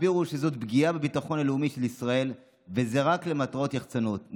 הסבירו שזאת פגיעה בביטחון הלאומי של ישראל וזה רק למטרות יחצנות.